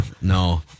No